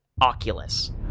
Oculus